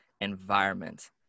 environment